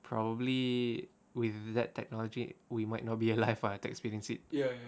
probably with that technology we might not be alive ah to experience it